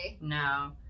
No